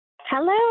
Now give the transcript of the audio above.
Hello